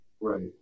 Right